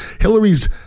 Hillary's